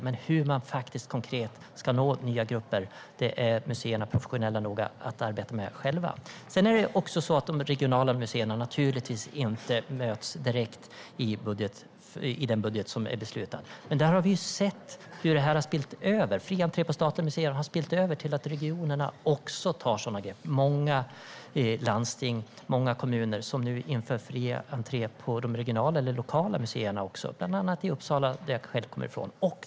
Men hur museerna konkret ska nå nya grupper är de professionella nog att själva arbeta med. Det är också så att de regionala museerna naturligtvis inte möts direkt i den budget som är beslutad. Men vi har ju sett hur fri entré till statliga museer har spillt över till att regionerna också tar sådana grepp. Det är många landsting och kommuner som nu inför fri entré också till de regionala och lokala museerna, bland annat i Uppsala som jag själv kommer ifrån.